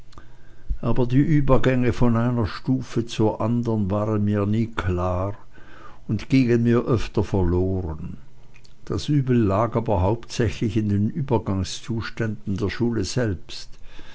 aber die übergänge von einer stufe zur anderen waren mir nie klar und gingen mir öfter verloren das übel lag aber hauptsächlich in den übergangszuständen der schule selbst